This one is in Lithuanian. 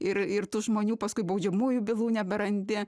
ir ir tų žmonių paskui baudžiamųjų bylų neberandi